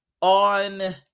on